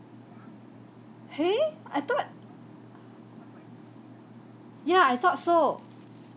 !hais! I thought ya I thought so